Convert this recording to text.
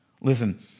Listen